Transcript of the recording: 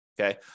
okay